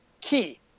key